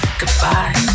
goodbye